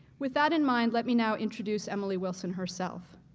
with that in mind, let me now introduce emily wilson herself.